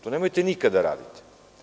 To nemojte nikada da radite.